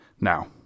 Now